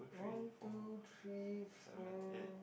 one two three four